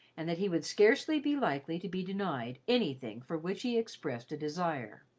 and that he would scarcely be likely to be denied anything for which he expressed a desire.